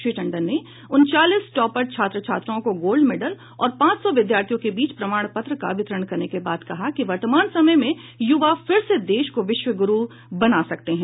श्री टंडन ने उनचालीस टॉपर छात्र छात्राओं को गोल्ड मेडल और पांच सौ विद्यार्थियों के बीच प्रमाण पत्र का वितरण करने के बाद कहा कि वर्तमान समय के युवा फिर से देश को विश्व गुरू बना सकते हैं